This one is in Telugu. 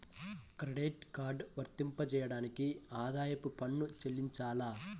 క్రెడిట్ కార్డ్ వర్తింపజేయడానికి ఆదాయపు పన్ను చెల్లించాలా?